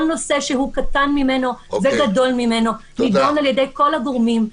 כל נושא שהוא קטן ממנו וגדול ממנו נידון על-ידי כל הגורמים -- תודה.